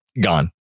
gone